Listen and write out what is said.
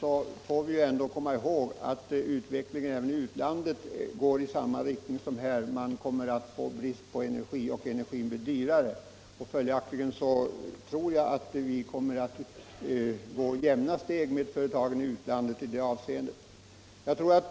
När det gäller konkurrensen med utlandet får vi komma ihåg att utvecklingen i utlandet går i samma riktning som här. Även där kommer man att få brist på energi, och energin kommer att bli dyrare. Följaktligen tror jag att vi kommer att hålla jämna steg med företagen i utlandet i detta avseende.